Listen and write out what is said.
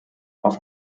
auf